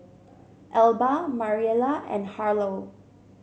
Elba Mariela and Harlow